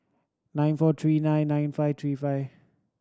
nine four three nine nine five three five